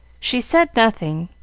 she said nothing,